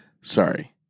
Sorry